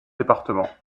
départements